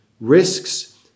risks